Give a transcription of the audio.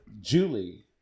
Julie